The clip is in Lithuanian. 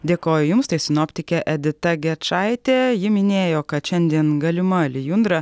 dėkoju jums tai sinoptikė edita gečaitė ji minėjo kad šiandien galima lijundra